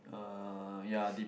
uh ya de~